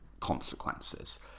consequences